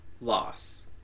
loss